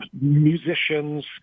musicians